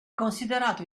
considerato